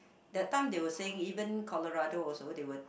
that time they were saying even Collarado also they were